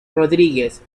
rodríguez